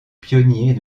pionnier